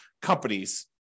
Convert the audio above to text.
companies